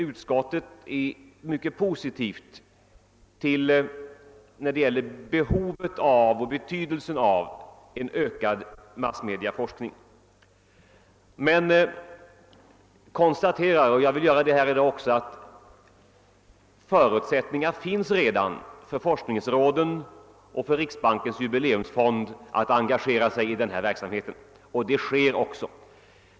Utskottet är mycket positivt i fråga om behovet av och betydelsen av en ökad sådan forskning. Utskottet konstaterar emellertid — och jag vill göra det här också — att förutsättningar finns redan för forskningsråden och för Riksbankens jubileumsfond att engagera sig i denna verksamhet. Detta sker också.